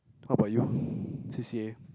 how about you C_C_A